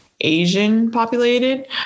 Asian-populated